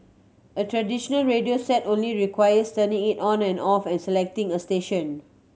a traditional radio set only requires turning it on or off and selecting a station